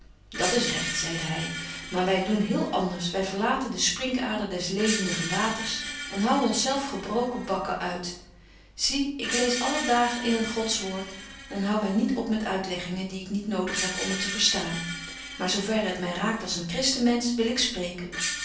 dat is recht zeide hy maar wy doen heel anders wy verlaten den sprinkader des levendigen waters en houwen ons zelf gebroken bakken uit zie ik lees alle daag in gods woord en hou my niet op met uitleggingen die ik niet nodig heb om het te verstaan voor zo verre het my raakt als een christen mensch wil ik spreken